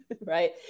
right